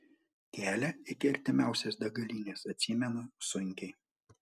kelią iki artimiausios degalinės atsimenu sunkiai